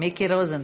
מיקי רוזנטל.